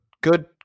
good